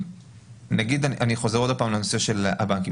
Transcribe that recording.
אני חוזר עוד פעם לנושא של הבנקים.